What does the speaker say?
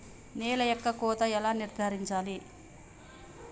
నేల యొక్క కోత ఎలా నిర్ధారించాలి?